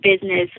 business